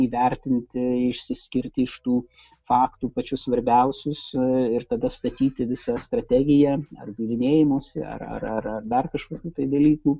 įvertinti išsiskirti iš tų faktų pačius svarbiausius ir tada statyti visą strategiją ar bylinėjimosi ar ar ar dar kažkokių tai dalykų